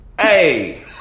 Hey